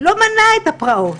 לא מנע את הפרעות,